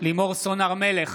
לימור סון הר מלך,